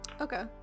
Okay